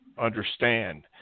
understand